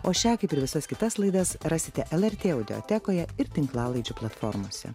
o šią kaip ir visas kitas laidas rasite lrt audiotekoje ir tinklalaidžių platformose